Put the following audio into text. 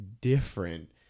different